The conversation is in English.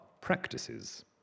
practices